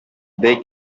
they